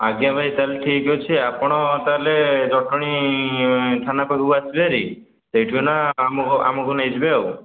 ଆଜ୍ଞା ଭାଇ ତା'ହେଲେ ଠିକ୍ ଅଛି ଆପଣ ତା'ହେଲେ ଜଟଣୀ ଥାନା ପାଖକୁ ଆସିବେ ହେରି ସେଉଠୁ ଆମ ଆମକୁ ନେଇଯିବେ ଆଉ